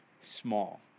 small